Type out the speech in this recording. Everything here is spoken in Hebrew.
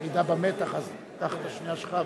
ירידה במתח, אז קח את השנייה שלך.